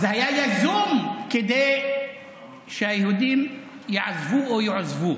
זה היה יזום כדי שהיהודים יעזבו או יועזבו.